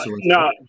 no